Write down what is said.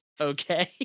Okay